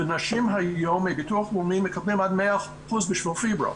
ונשים היום בביטוח לאומי מקבלות עד 100% בשביל פיברו.